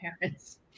parents